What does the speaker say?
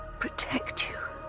protect you.